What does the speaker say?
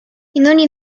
ogni